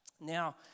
Now